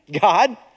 God